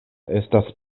estas